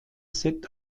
set